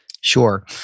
Sure